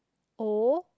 O